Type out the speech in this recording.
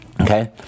Okay